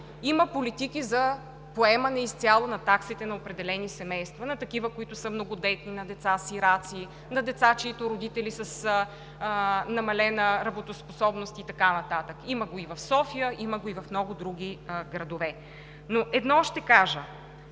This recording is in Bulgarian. има политики за поемане изцяло на таксите на определени семейства, на такива, които са многодетни, на деца сираци, на деца, чиито родители са с намалена работоспособност, и така нататък. Има го и в София, има и го в много други градове. Но едно ще кажа